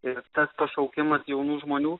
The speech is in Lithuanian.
ir tas pašaukimas jaunų žmonių